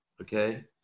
Okay